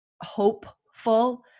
hopeful